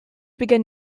began